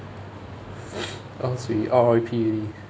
else we R_I_P already